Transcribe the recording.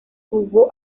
tuvo